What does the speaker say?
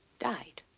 died.